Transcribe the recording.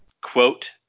quote